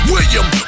William